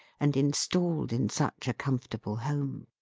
and installed in such a comfortable home.